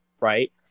right